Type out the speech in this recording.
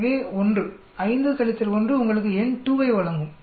எனவே 1 5 1 உங்களுக்கு n2 ஐ வழங்கும்